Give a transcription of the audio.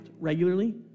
regularly